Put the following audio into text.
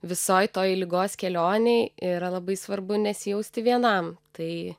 visoj toj ligos kelionėj yra labai svarbu nesijausti vienam tai